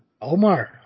Omar